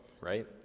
right